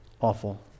awful